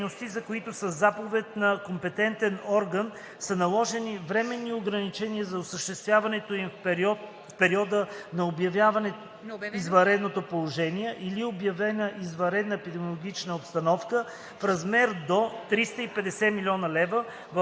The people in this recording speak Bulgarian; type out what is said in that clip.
за които със заповед на компетентен орган са наложени временни ограничения за осъществяването им в периода на обявено извънредно положение или обявена извънредна епидемична обстановка - в размер до 350 000,0